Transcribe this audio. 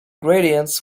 gradients